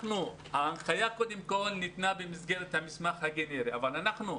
ההנחיה ניתנה במסגרת המסמך הגנרי אבל אנחנו,